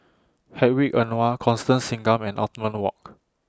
Hedwig Anuar Constance Singam and Othman Wok